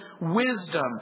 wisdom